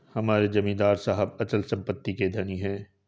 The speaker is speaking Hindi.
हमारे जमींदार साहब अचल संपत्ति के धनी हैं